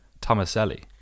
Tomaselli